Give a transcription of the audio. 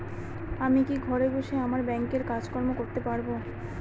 আমি কি ঘরে বসে আমার ব্যাংকের কাজকর্ম করতে পারব?